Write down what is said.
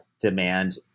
demand